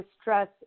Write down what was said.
stress